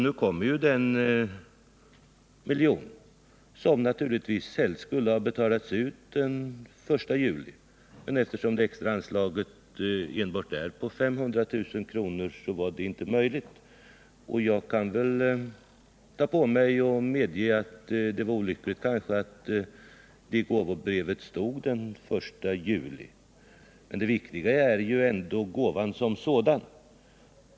Nu kommer ju den miljon som naturligtvis helst skulle ha betalats ut den 1 juli, men eftersom det extra anslaget bara är på 500 000 kr. så var detta inte möjligt. Jag medger att det var olyckligt att det stod den 1 juli i gåvobrevet. Men det viktiga är väl ändå gåvan som sådan.